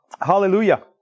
Hallelujah